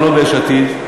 אתם לא ביש עתיד.